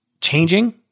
changing